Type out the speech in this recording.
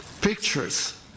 pictures